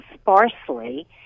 sparsely